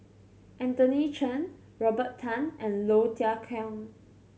Anthony Chen Robert Tan and Low Thia Khiang